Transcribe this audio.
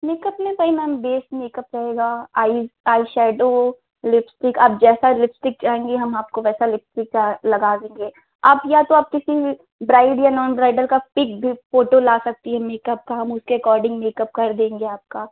makeup में वही ma'am base makeup रहेगा आई आई शैडो लिपस्टिक आप जैसा लिपस्टिक चाहेंगी हम आपको वैसा लिपस्टिक का लगा देंगे आप या तो आप किसी ब्राइड या नॉन ब्राइडल का पिक भी फोटो ला सकती हैं मेकअप का हम उसके अकोडिंग मेकअप कर देंगे आपका